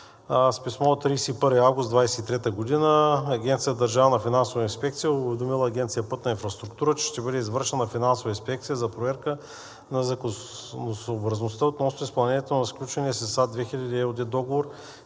С писмо от 31 август 2023 г. Агенция „Държавна финансова инспекция“ е уведомила Агенция „Пътна инфраструктура“, че ще бъде извършена финансова инспекция за проверка на законосъобразността относно изпълнението на сключения с „ИСА 2000“ ЕООД договор